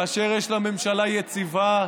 כאשר יש לה ממשלה יציבה,